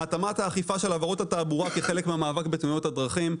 התאמת האכיפה של עבירות התעבורה כחלק מהמאבק בתאונות הדרכים.